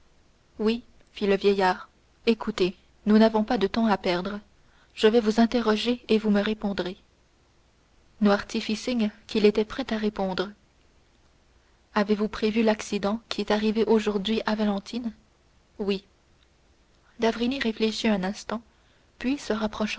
oui fit le vieillard écoutez nous n'avons pas de temps à perdre je vais vous interroger et vous me répondrez noirtier fit signe qu'il était prêt à répondre avez-vous prévu l'accident qui est arrivé aujourd'hui à valentine oui d'avrigny réfléchit un instant puis se